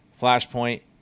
Flashpoint